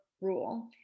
rule